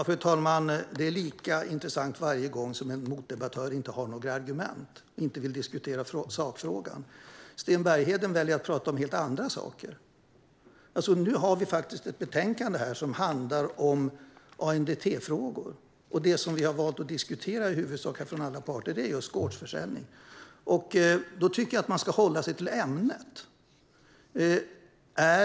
Fru talman! Det är lika intressant varje gång en motdebattör inte har några argument och inte vill diskutera sakfrågan. Sten Bergheden väljer att prata om helt andra saker. Men nu har vi faktiskt ett betänkande som handlar om ANDT-frågor, och det som vi - alla parter här - har valt att diskutera är i huvudsak gårdsförsäljning. Då tycker jag att man ska hålla sig till ämnet.